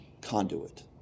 conduit